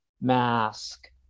Mask